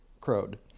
crowed